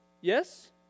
Yes